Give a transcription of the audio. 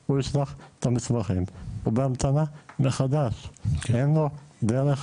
הוא ישלח את המסמכים והוא בהמתנה מחדש, אין לו דרך